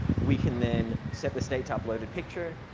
we can then set the state to upload a picture.